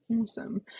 awesome